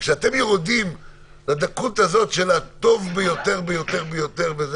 כשאתם יורדים לדקות הזאת של הטוב ביותר ביותר ביותר,